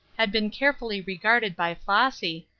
had been carefully regarded by flossy,